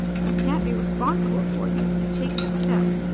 he can't be responsible for you if you take this step.